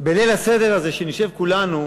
בליל הסדר הזה כשנשב כולנו